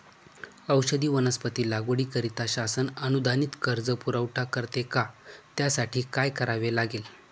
औषधी वनस्पती लागवडीकरिता शासन अनुदानित कर्ज पुरवठा करते का? त्यासाठी काय करावे लागेल?